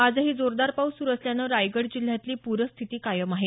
आजही जोरदार पाऊस सुरू असल्यानं रायगड जिल्ह्यातली प्रस्थिती कायम आहे